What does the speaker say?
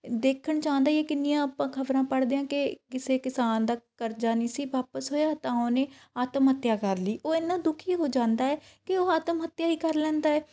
ਦੇਖਣ 'ਚ ਆਉਂਦਾ ਹੀ ਹੈ ਕਿੰਨੀਆਂ ਆਪਾਂ ਖਬਰਾਂ ਪੜ੍ਹਦੇ ਹਾਂ ਕਿ ਕਿਸੇ ਕਿਸਾਨ ਦਾ ਕਰਜ਼ਾ ਨਹੀਂ ਸੀ ਵਾਪਸ ਹੋਇਆ ਤਾਂ ਉਹਨੇ ਆਤਮਹੱਤਿਆ ਕਰ ਲਈ ਉਹ ਇੰਨਾ ਦੁਖੀ ਹੋ ਜਾਂਦਾ ਹੈ ਕਿ ਉਹ ਆਤਮਹੱਤਿਆ ਹੀ ਕਰ ਲੈਂਦਾ ਏ